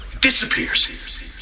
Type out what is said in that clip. Disappears